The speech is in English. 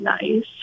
nice